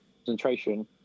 concentration